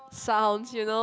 sound you know